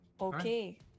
Okay